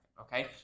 okay